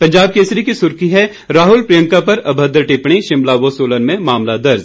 पंजाब केसरी की सुर्खी है राहुल प्रियंका पर अभद्र टिप्पणी शिमला व सोलन में मामला दर्ज